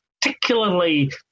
Particularly